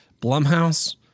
Blumhouse